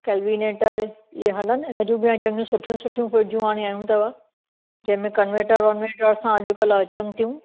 Kelvinator इहे हलन इन जूं बि हाणे चंङियू सुठियूं सुठियूं फ़्रिजूं हाणे आयूं अथव जंहिं में कनवेटर वनवेटर सां अॼु कल्ह अचन थियूं